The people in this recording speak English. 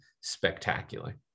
spectacular